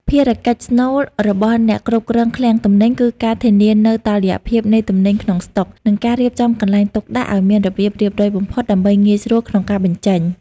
ភារកិច្ចស្នូលរបស់អ្នកគ្រប់គ្រងឃ្លាំងទំនិញគឺការធានានូវតុល្យភាពនៃទំនិញក្នុងស្តុក និងការរៀបចំកន្លែងទុកដាក់ឱ្យមានរបៀបរៀបរយបំផុតដើម្បីងាយស្រួលក្នុងការបញ្ចេញ។